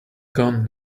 gone